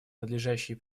надлежащие